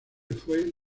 fue